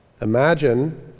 Imagine